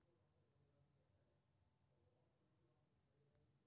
पर एखन तीन हजार छह सय सत्तानबे कस्तुरबा गांधी बालिका विद्यालय चालू हालत मे छै